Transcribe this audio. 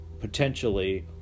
potentially